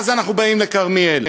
ואז אנחנו באים לכרמיאל.